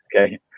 okay